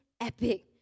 epic